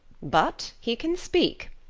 but he can speak.